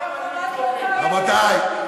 רבותי,